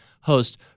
host